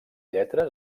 lletres